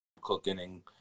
cooking